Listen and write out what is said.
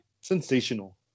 Sensational